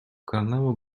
ogarnęło